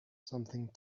something